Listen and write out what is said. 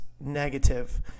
negative